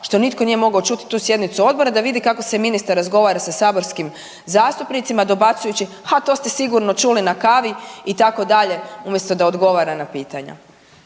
što nitko nije mogao čuti tu sjednicu odbora da vidi kako se ministar razgovara sa saborskim zastupnicima dobacujući, ha to ste sigurno čuli na kavi, itd., umjesto da odgovara na pitanja.